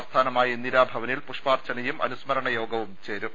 ആസ്ഥാനമായ ഇന്ദിരാഭവനിൽ പുഷ്പാർച്ചനയും അനു സ്മരണയോഗവും ചേരും